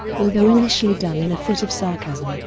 although initially done in a fit of sarcasm,